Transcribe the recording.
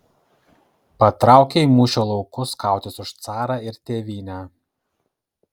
patraukė į mūšio laukus kautis už carą ir tėvynę